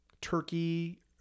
turkey